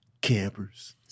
Campers